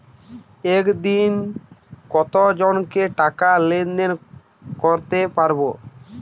একদিন কত জনকে টাকা লেনদেন করতে পারবো?